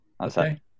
Okay